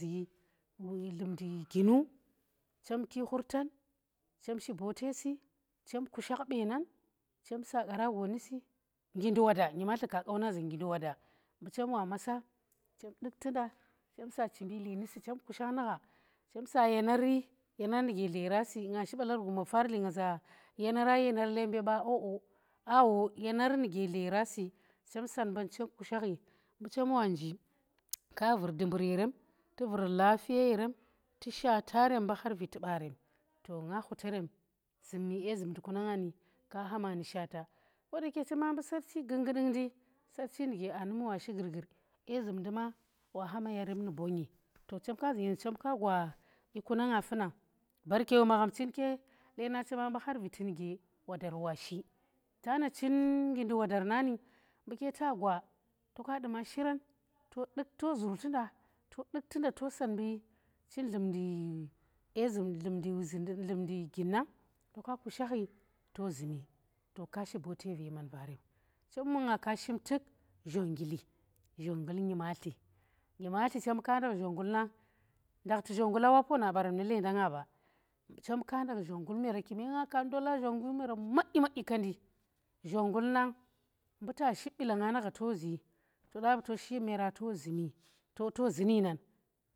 Dlumndi ginu, chemki khurtan, chem si bote si, chem khushakh benang chem saa ƙarago nu si nggindi woda nyimatli ka qa wonang za nggindi woda, mbu chem wa maasa chem dukhtu nda chem sa chinbili nu si, chem dukhtu nda chem sa chinbili nu si chem kushakh nu gha chem sa yena ri yenar nuge dlera si, nga shi balar guma paali nga za yenara yenar lemba ba oh oh awo yenar nuge dlera si chem san mban chem kushakhi ka vur dumbur yerem, tu vur lafiye yerem tu rem ndi ɓu har viti ɓarem nga hutarem zummi dye zumndi ku na nga nika ha ma nu shata rem chema mbu sarchi gunggudung ndi sarchi nuge aa num wa shi gurgur dye zumndi ma wa hama yerem nu bonye to chemka zu nyem za chemka gwa dyiku na nga funa barke bu magham chinke lendan chama mbu har viti nuge wodar wa shi tana chin gindi wodar nani mbu ke ta gwa toka duma shi ran to duk to zurtu nda to duktu nda to san mbu chin dlumndi dye zum- dlumndi wuzi dlumndi gin nang to kushakhi to zumi, kaa shi boote ve man vaarem nga ka shim tuk zhongnggili, zhongnggil nyimatli nyimatli chemka ndakhi zhongnggil nang, ndakhti zhongngula wa poona nu lendanga ba, chemka ndakh zhongnggul meera madyi ma dyi, zhongnggul na, mbu ta ship bilanga nu gha tozi to daba to shi yereema tozi toto zi ti nan